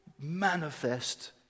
manifest